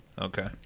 Okay